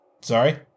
Sorry